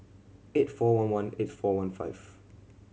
eight four one one eight four one five